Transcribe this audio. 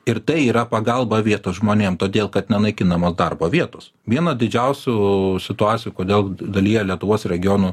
ir tai yra pagalba vietos žmonėm todėl kad nenaikinamos darbo vietos viena didžiausių situacijų kodėl dalyje lietuvos regionų